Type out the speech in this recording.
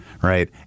Right